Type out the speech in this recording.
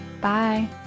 Bye